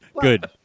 Good